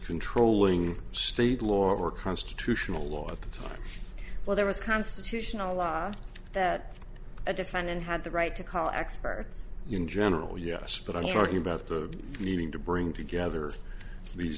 controlling state law or constitutional law at the time well there was constitutional law that a defendant had the right to call experts in general yes but i'm talking about the meeting to bring together these